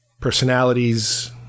personalities